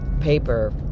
paper